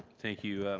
thank you.